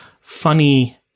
funny